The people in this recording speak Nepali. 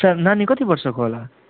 सानो नानी कति वर्षको होला